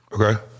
Okay